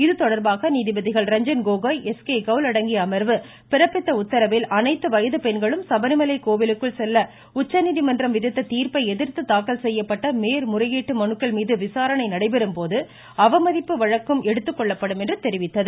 இது தொடர்பாக நீதிபதிகள் ரஞ்சன் கோகோய் எஸ் கே கவுல் அடங்கிய அமர்வு பிறப்பித்த உத்தரவில் அனைத்து வயது பெண்களும் சபரிமலை கோவிலுக்குள் செல்ல உச்சநீதிமன்றம் விதித்த தீர்ப்பை எதிர்த்து தாக்கல் செய்யப்பட்ட மேல்முறையீட்டு மனுக்கள் மீது விசாரணை நடைபெறும்போது அவமதிப்பு வழக்கும் எடுத்துக்கொள்ளப்படும் என்று தெரிவித்தது